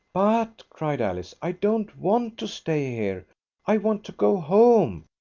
but, cried alice, i don't want to stay here i want to go home.